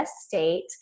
state